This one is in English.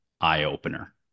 eye-opener